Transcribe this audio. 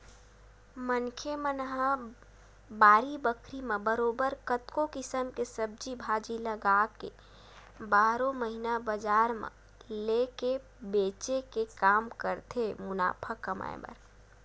मनखे मन ह बाड़ी बखरी म बरोबर कतको किसम के सब्जी भाजी लगाके बारहो महिना बजार म लेग के बेंचे के काम करथे मुनाफा कमाए बर